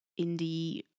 indie